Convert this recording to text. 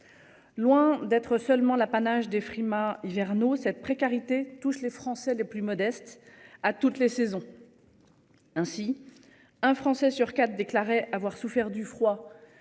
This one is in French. Loin d'être seulement l'apanage des frimas hivernaux cette précarité touche les Français les plus modestes à toutes les saisons. Ainsi. Un Français sur 4 déclarait avoir souffert du froid.